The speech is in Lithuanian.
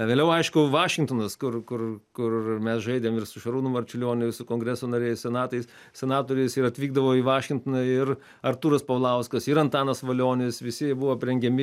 vėliau aišku vašingtonas kur kur kur mes žaidėm ir su šarūnu marčiulioniu ir su kongreso nariais senatais senatoriais ir atvykdavo į vašingtoną ir artūras paulauskas ir antanas valionis visi jie buvo aprengiami